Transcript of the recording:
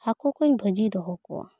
ᱦᱟᱹᱠᱩ ᱠᱩᱧ ᱵᱷᱟᱹᱡᱤ ᱫᱚᱦᱚ ᱠᱚᱣᱟ